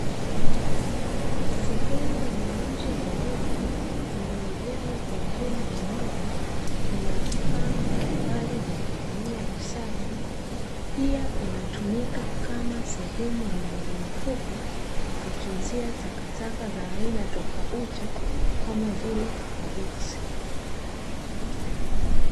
Sehemu ya nje ya nyumba iliyojengwa kwa vyuma na wavu, ina vifaa mbalimbali vya kufania usafi, pia inatumika kama sehemu ya muda mfupi ya kutunzia takataka za aina tofauti kama vile maboksi.